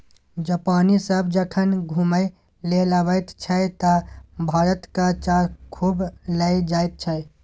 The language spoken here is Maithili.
जापानी सभ जखन घुमय लेल अबैत छै तँ भारतक चाह खूब लए जाइत छै